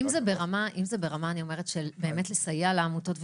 אני אומרת אם זה ברמה של באמת לסייע לעמותות ולארגונים,